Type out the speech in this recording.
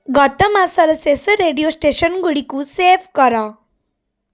ଗତ ମାସର ଶେଷ ରେଡ଼ିଓ ଷ୍ଟେସନ୍ଗୁଡ଼ିକୁ ସେଭ୍ କର